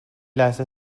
لحظه